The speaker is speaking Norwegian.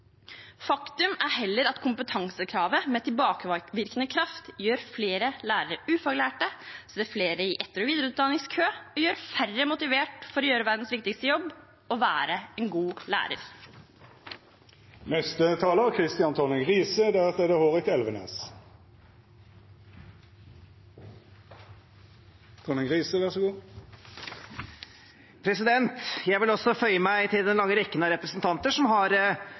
Faktum er heller at kompetansekravet, med tilbakevirkende kraft, gjør flere lærere ufaglærte, stiller flere i etter- og videreutdanningskø og gjør færre motivert for å gjøre verdens viktigste jobb: å være en god lærer. Jeg vil også føye meg inn i den lange rekken av representanter som har